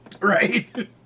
Right